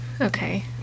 Okay